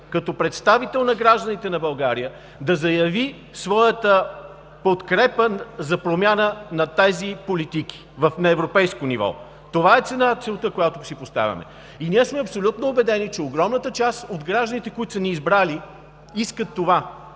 като представител на гражданите на България да заяви своята подкрепа за промяна на тези политики на европейско ниво. Това е целта, която си поставяме. И ние сме абсолютно убедени, че огромната част от гражданите, които са ни избрали, искат това.